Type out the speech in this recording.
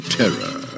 terror